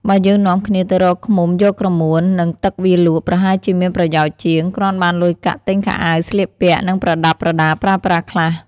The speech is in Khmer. បើយើងនាំគ្នាទៅរកឃ្មុំយកក្រមួន និងទឹកវាលក់ ប្រហែលជាមានប្រយោជន៍ជាង គ្រាន់បានលុយកាក់ទិញខោអាវស្លៀកពាក់ និងប្រដាប់ប្រដាប្រើប្រាស់ខ្លះ។